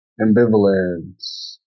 ambivalence